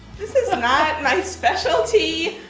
this is not my specialty,